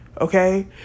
okay